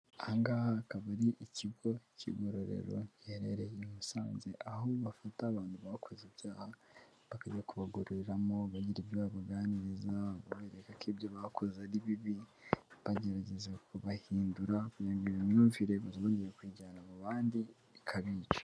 Aha ngaha hakaba ari ikigo cy'igororero giherereye i Musanze, aho bafata abantu bakoze ibyaha, bakajya kubagororamo bagira ibyo babaganiriza, babereka ko ibyo bakoze ari bibi, bagerageza kubahindura. Imyumvire ngo ntibazongeye kuyijyana mu bandi ikabica.